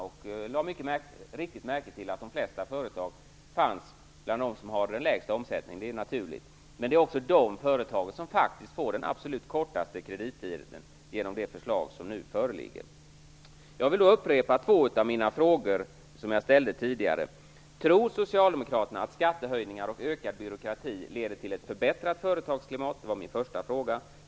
Jag lade mycket riktigt märke till att de flesta företag fanns bland dem som har den minsta omsättningen. Det är naturligt. Men det är också de företagen som får den absolut kortaste kredittiden genom det förslag som nu föreligger. Jag vill upprepa två av mina frågor som jag ställde tidigare. Tror socialdemokraterna att skattehöjningar och ökad byråkrati leder till ett förbättrat företagsklimat? Det var min första fråga.